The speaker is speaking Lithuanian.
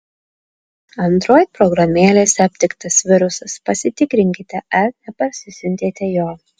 android programėlėse aptiktas virusas pasitikrinkite ar neparsisiuntėte jo